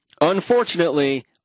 Unfortunately